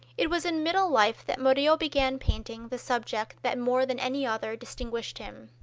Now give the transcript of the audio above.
it was in middle life that murillo began painting the subject that more than any other distinguished him.